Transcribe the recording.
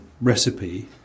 recipe